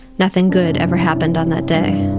nothing good ever happened on that day.